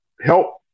help